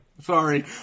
Sorry